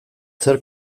zer